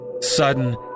Sudden